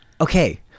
Okay